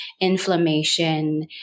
inflammation